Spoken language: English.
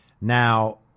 Now